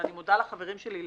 ואני מודה לחברים שלי,